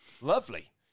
Lovely